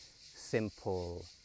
simple